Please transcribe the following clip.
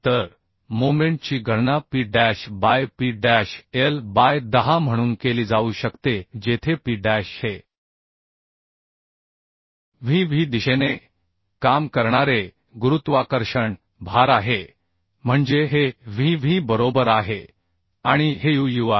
तर मोमेंटची गणना P dash by P dash L by 10 म्हणून केली जाऊ शकते जेथे P डॅश हे VV दिशेने काम करणारे गुरुत्वाकर्षण भार आहे म्हणजे हे VV बरोबर आहे आणि हे UU आहे